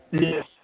Yes